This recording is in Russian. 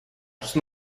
что